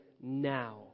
now